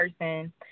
person